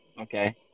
okay